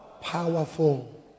powerful